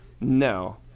No